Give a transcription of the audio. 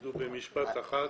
תגידו במשפט אחד בבקשה.